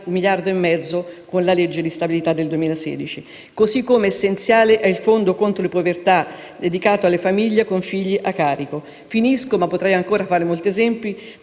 1,5 miliardi con la legge di stabilità del 2016. Essenziale è il fondo contro le povertà, dedicato alle famiglie con figli a carico. Finisco - ma potrei ancora fare molti esempi